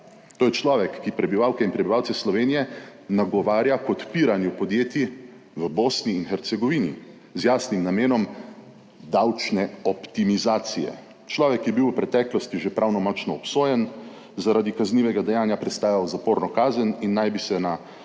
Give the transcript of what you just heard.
To je človek, ki prebivalke in prebivalce Slovenije nagovarja k odpiranju podjetij v Bosni in Hercegovini z jasnim namenom davčne optimizacije. Človek je bil v preteklosti že pravnomočno obsojen zaradi kaznivega dejanja, prestajal zaporno kazen in naj bi se na